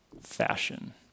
fashion